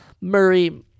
Murray